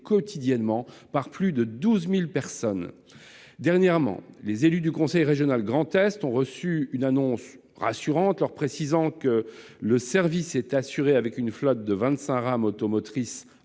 quotidiennement par plus de 12 000 personnes. Dernièrement, les élus du conseil régional de Grand Est ont reçu une annonce rassurante leur précisant que le service serait assuré par une flotte de vingt-cinq rames automotrices